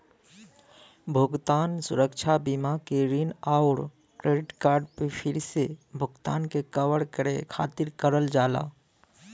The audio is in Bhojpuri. भुगतान सुरक्षा बीमा के ऋण आउर क्रेडिट कार्ड पे फिर से भुगतान के कवर करे खातिर करल जाला